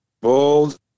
bold